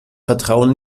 vertrauen